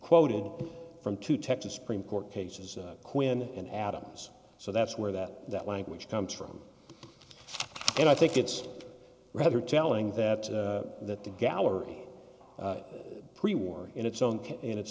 quoted from two texas supreme court cases quinn and adams so that's where that that language comes from and i think it's rather telling that that the gallery prewar in its own can i